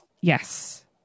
Yes